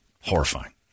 Horrifying